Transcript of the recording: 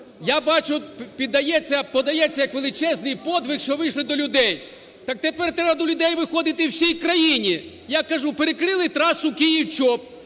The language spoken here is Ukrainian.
подається як величезний подвиг, що вийшли до людей. Так тепер треба до людей виходити всій країні. Я кажу, перекрили трасу Київ-Чоп,